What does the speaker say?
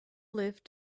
lift